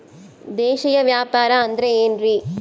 ದೇಶೇಯ ವ್ಯಾಪಾರ ಅಂದ್ರೆ ಏನ್ರಿ?